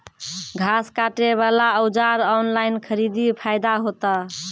घास काटे बला औजार ऑनलाइन खरीदी फायदा होता?